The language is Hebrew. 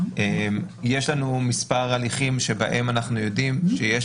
יש לנו מספר הליכים שאנחנו יודעים שיש